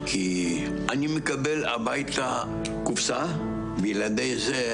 אני עוברת לשיר מארגון לתת.